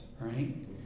right